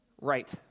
Right